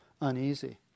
uneasy